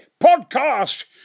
Podcast